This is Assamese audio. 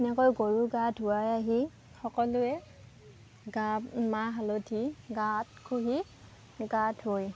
এনেকৈ গৰু গা ধুৱাই আহি সকলোৱে গা মাহ হালধি গাত ঘঁহি গা ধুৱে